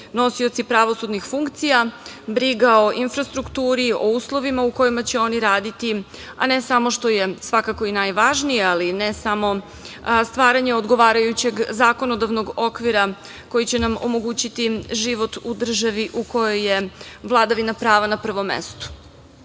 nosioci pravosudnih funkcija, briga o infrastrukturi, o uslovima u kojima će oni, a ne samo što je svakako i najvažnije, ali ne samo stvaranje odgovarajućeg zakonodavnog okvira koji će nam omogućiti život u državi u kojoj je vladavina prava na prvom